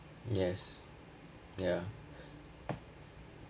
yes ya